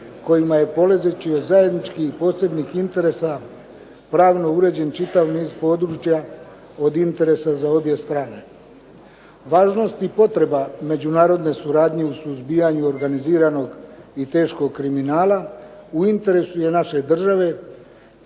kojima je polazeći od zajedničkih posebnih interesa pravno uređen čitav niz područja od interesa za obje strane. Važnost i potreba međunarodne suradnje u suzbijanju organiziranog i teškog kriminala, u interesu je naše države